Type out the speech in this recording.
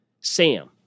Sam